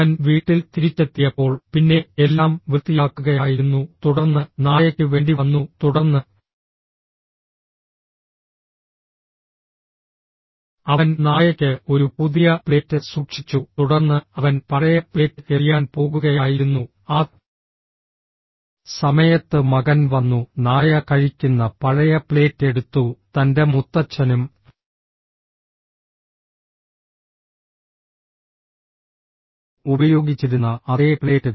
അവൻ വീട്ടിൽ തിരിച്ചെത്തിയപ്പോൾ പിന്നെ എല്ലാം വൃത്തിയാക്കുകയായിരുന്നു തുടർന്ന് നായയ്ക്ക് വേണ്ടി വന്നു തുടർന്ന് അവൻ നായയ്ക്ക് ഒരു പുതിയ പ്ലേറ്റ് സൂക്ഷിച്ചു തുടർന്ന് അവൻ പഴയ പ്ലേറ്റ് എറിയാൻ പോകുകയായിരുന്നു ആ സമയത്ത് മകൻ വന്നു നായ കഴിക്കുന്ന പഴയ പ്ലേറ്റ് എടുത്തു തന്റെ മുത്തച്ഛനും ഉപയോഗിച്ചിരുന്ന അതേ പ്ലേറ്റ്